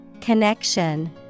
Connection